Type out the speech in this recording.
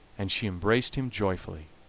and she embraced him joyfully.